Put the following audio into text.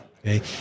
Okay